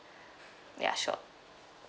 ya sure